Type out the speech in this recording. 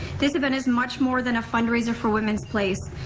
this event is much more than a fundraiser for women's place.